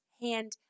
hand